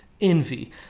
Envy